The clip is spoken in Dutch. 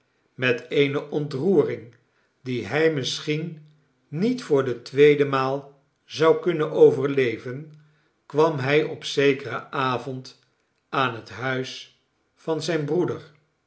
met eene ontroering die hij misschien niet voor de tweede maal zou kunnen overleven kwam hij op zekeren avond aan het huis van zijn broeder